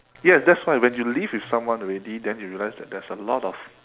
yes that's why when you live with someone already then you realise that there's a lot of